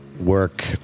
work